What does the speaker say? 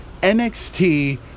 NXT